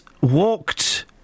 walked